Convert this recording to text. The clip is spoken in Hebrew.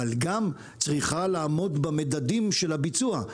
אבל גם צריכה לעמוד במדדים של הביצוע,